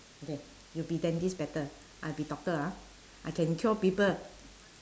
okay you be dentist better I be doctor ah I can cure people